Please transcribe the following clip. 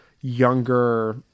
younger